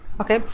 okay